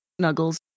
snuggles